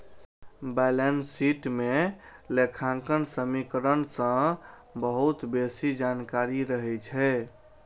balance sheet मे लेखांकन समीकरण सं बहुत बेसी जानकारी रहै छै